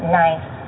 nice